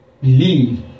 Believe